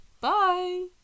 Bye